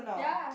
ya